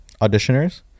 auditioners